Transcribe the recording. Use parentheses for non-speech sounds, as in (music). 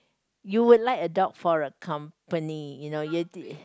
you would like a dog for a company you know (noise)